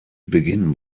begin